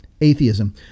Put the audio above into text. atheism